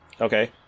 Okay